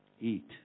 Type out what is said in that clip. eat